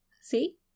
See